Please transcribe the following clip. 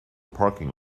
parking